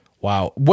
Wow